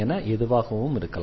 என எதுவாகவும் இருக்கலாம்